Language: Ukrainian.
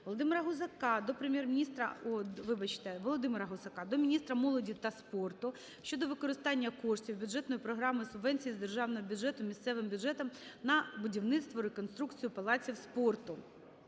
Володимира Гусака до міністра молоді та спорту щодо використання коштів бюджетної програми "Субвенції з державного бюджету місцевим бюджетам на будівництво/реконструкцію палаців спорту".